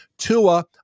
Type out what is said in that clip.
Tua